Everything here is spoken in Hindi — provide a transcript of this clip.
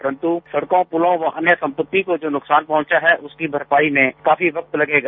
परंतु सड़को पुलो व अन्य सम्पत्ति को जो नुक्सान पहुंचा है उसकी भरपाई मे काफी वक्त लगेगा